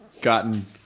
gotten